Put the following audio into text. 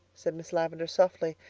said miss lavendar softly,